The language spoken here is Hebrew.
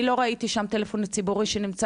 אני לא ראיתי שם טלפון ציבורי שנמצא